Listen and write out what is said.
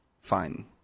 fine